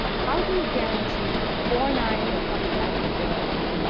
how do you guarantee four nines and five nines of availability?